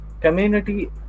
community